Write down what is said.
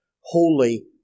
holy